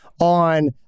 on